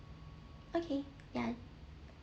okay ya